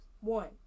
One